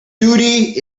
duty